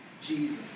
Jesus